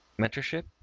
mentorship,